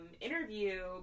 interview